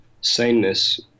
saneness